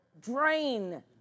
drain